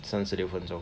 三十六分钟